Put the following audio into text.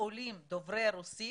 מהעולים דוברי רוסית